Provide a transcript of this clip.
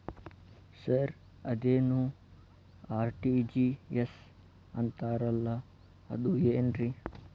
Sir ಅದೇನು RTGS ಅಂತಾರಲಾ ಅದು ಏನ್ರಿ?